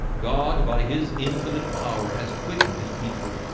god by his infinite power has quickened his people.